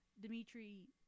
Dimitri